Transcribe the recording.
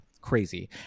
crazy